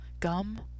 gum